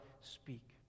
speak